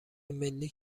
ملی